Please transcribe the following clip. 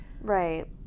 right